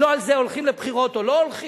לא על זה הולכים לבחירות או לא הולכים.